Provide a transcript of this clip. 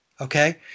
okay